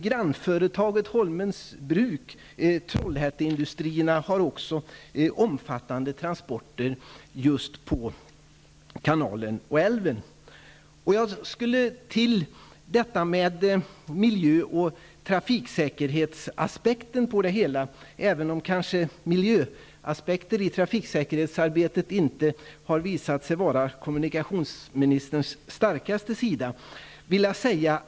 Grannföretaget Holmens Bruk har också omfattande transporter just på kanalen och älven. Jag skulle vilja ta upp miljö och trafiksäkerhetsaspekten på detta, även om miljöaspekter i trafiksäkerhetsarbetet kanske inte har visat sig vara kommunikationsministerns starkaste sida.